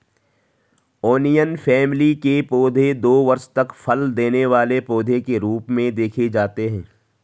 onion family के पौधे दो वर्ष तक फल देने वाले पौधे के रूप में देखे जाते हैं